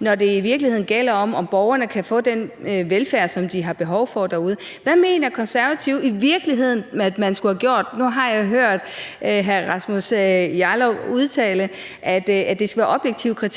når det i virkeligheden gælder om, at borgerne kan få den velfærd, som de har behov for derude. Hvad mener Konservative i virkeligheden, man skulle have gjort? Nu har jeg hørt hr. Rasmus Jarlov udtale, at der skal være objektive kriterier.